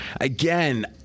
again